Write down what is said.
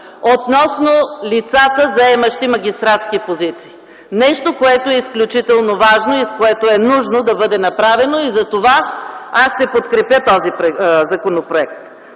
относно лицата, заемащи магистратски позиции – нещо, което е изключително важно и което е нужно да бъде направено. Затова аз ще подкрепя този законопроект.